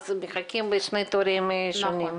אז מחכים בשני תורים שונים.